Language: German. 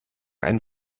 einen